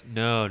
no